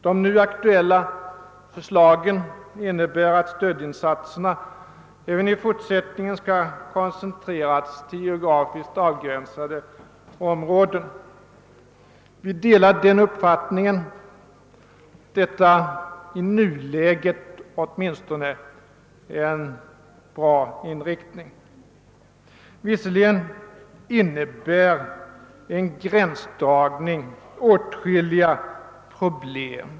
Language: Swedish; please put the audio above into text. De nu aktuella förslagen innebär att stödinsatserna även i fortsättningen skall koncentreras till geografiskt avgränsade områden. Vi delar den uppfattningen — åitminstone i nuläget är det en bra inriktning. Visserligen innebär en gränsdragning åtskilliga problem.